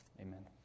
Amen